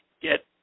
get